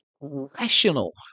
rational